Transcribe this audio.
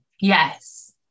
yes